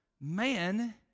man